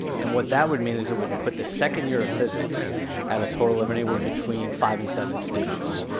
and what that would mean is it would put the second year of physics at a total of anywhere between five and seven students,